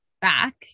Back